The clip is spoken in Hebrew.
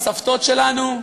הסבתות שלנו.